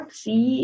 see